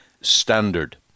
standard